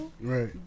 right